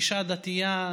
אישה דתייה,